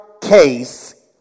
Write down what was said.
case